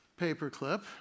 Paperclip